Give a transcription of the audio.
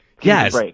Yes